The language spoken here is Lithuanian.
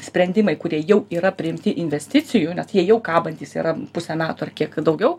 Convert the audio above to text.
sprendimai kurie jau yra priimti investicijų net jie jau kabantys yra pusę metų ar kiek daugiau